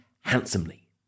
handsomely